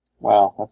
Wow